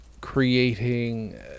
creating